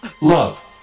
Love